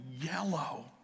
yellow